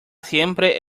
siempre